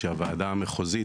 שהוועדה המחוזית,